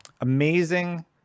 amazing